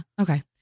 Okay